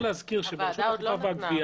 הוועדה עוד לא נתנה.